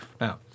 Now